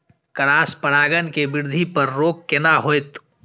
Cross परागण के वृद्धि पर रोक केना होयत?